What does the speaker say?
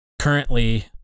currently